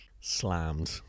slammed